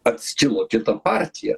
atskilo kita partija